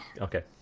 okay